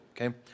okay